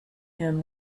him